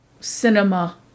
cinema